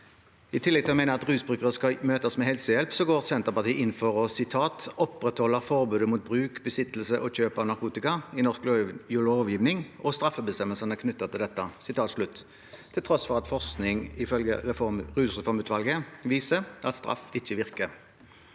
I tillegg til å mene at rusbrukere skal møtes med helsehjelp, går Senterpartiet inn for å «opprettholde forbudet mot bruk, besittelse og kjøp av narkotika i norsk lovgivning og straffebestemmelsene knyttet til dette». Dette er til tross for at forskning, ifølge rusreformutvalget, viser at straff ikke virker.